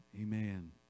Amen